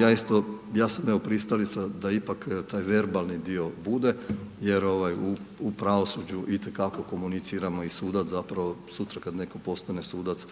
Ja isto, ja sam evo pristalica da ipak taj verbalni dio bude jer ovaj u pravosuđu i te kako komuniciramo i sudac zapravo, sutra kad netko postane sudac